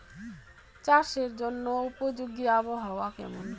চাষের জন্য উপযোগী আবহাওয়া কেমন?